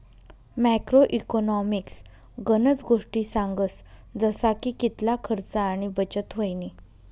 macro economics गनज गोष्टी सांगस जसा की कितला खर्च आणि बचत व्हयनी